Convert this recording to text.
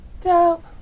Dope